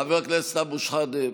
חבר הכנסת אבו שחאדה.